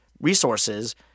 resources